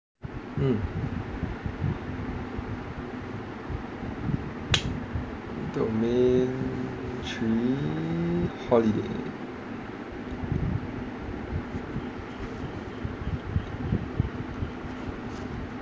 mm domain three holiday